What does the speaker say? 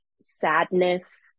sadness